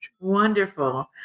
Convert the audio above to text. Wonderful